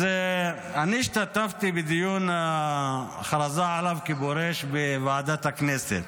אני השתתפתי בדיון ההכרזה עליו כפורש בוועדת הכנסת.